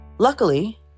Luckily